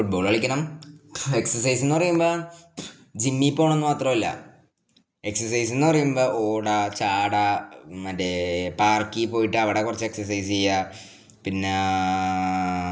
football കളിക്കണം exercise എന്ന് പറയുമ്പോൾ ജിമ്മി പോകുന്നത് മാത്രമല്ല എക്സസൈസ് എന്ന് പറയുമ്പോൾ ഓടാൻ ചാടാൻ മറ്റേ പാർക്കിൽ പോയിട്ട് അവിടെ കുറച്ച് എക്സർസൈസ് ചെയ്യുക പിന്നെ